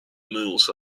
mules